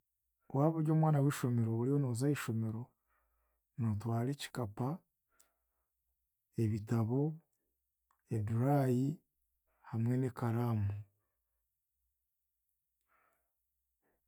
Waaba oryomwana waishomero oriyo nooza ahaishomero, nootwara ekikapa, ebitabo, eduraayi hamwe n'ekaraamu.